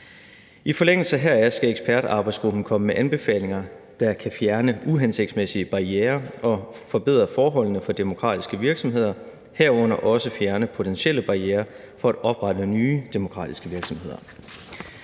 I forlængelse heraf skal ekspertarbejdsgruppen komme med anbefalinger, der kan fjerne uhensigtsmæssige barrierer og forbedre forholdene for demokratiske virksomheder, herunder også fjerne potentielle barrierer for at oprette nye demokratiske virksomheder.